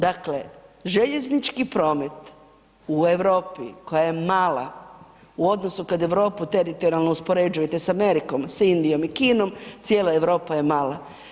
Dakle, željeznički promet u Europi koja je mala u odnosu kad Europi teritorijalno uspoređujete s Amerikom, s Indijom i Kinom, cijela Europa je mala.